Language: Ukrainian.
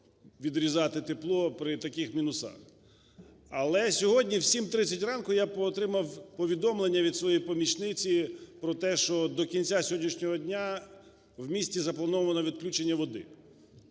-відрізати тепло при таких мінусах. Але сьогодні о 7:30 ранку я отримав повідомлення від своєї помічниці про те, що до кінця сьогоднішнього дня в місті заплановано відключення води.